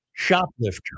Shoplifter